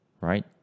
right